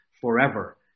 forever